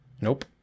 Nope